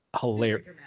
hilarious